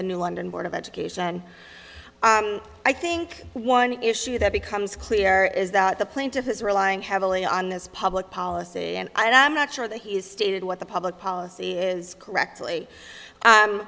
the new london board of education i think one issue that becomes clear is that the plaintiff is relying heavily on this public policy and i'm not sure that he has stated what the public policy is correctly